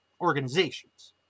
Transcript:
organizations